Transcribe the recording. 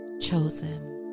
chosen